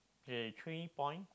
okay three point